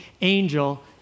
angel